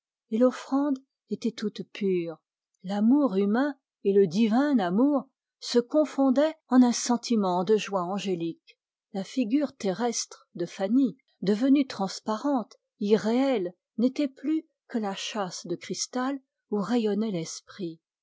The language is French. l'offrande était toute pure l'amour humain et le divin amour se confondaient en un sentiment de joie angélique la figure terrestre de fanny devenue transparente irréelle n'était plus que la châsse de cristal où rayonnait